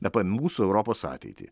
apie mūsų europos ateitį